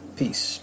peace